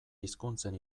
hizkuntzen